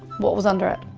what was under it?